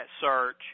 search